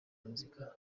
muzika